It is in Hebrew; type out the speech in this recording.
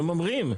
הם אומרים.